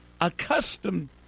accustomed